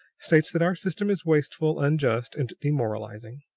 states that our system is wasteful, unjust, and demoralizing.